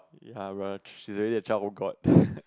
ya rash she is really a childhood god